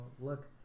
look